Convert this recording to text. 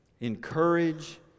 encourage